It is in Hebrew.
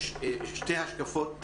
זאת אומרת,